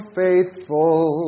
faithful